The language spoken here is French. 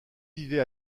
vivait